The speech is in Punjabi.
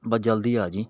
ਬਸ ਜਲਦੀ ਆ ਜਾਂਈਂ